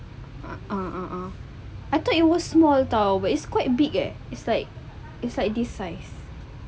a'ah I thought it was small [tau] but it's quite big eh it's like it's like this size